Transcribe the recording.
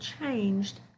changed